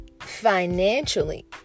financially